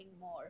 more